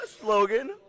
Slogan